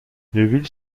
neuville